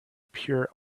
pure